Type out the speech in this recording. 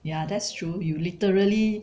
ya that's true you literally